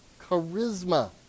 Charisma